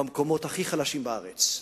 במקומות הכי חלשים בארץ.